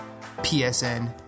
psn